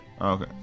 Okay